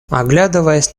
оглядываясь